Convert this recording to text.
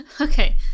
Okay